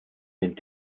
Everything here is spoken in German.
den